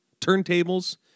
turntables